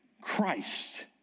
Christ